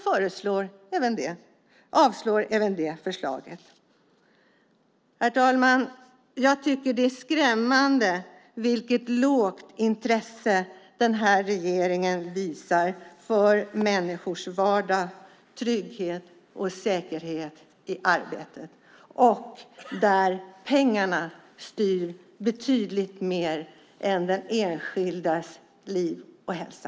Herr talman! Jag tycker att det är skrämmande vilket lågt intresse den här regeringen visar för människors vardag, trygghet och säkerhet i arbetet. Pengarna styr betydligt mer än den enskildes liv och hälsa.